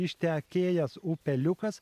ištekėjęs upeliukas